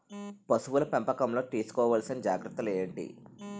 పశువుల పెంపకంలో తీసుకోవల్సిన జాగ్రత్తలు ఏంటి?